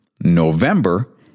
November